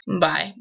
Bye